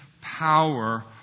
power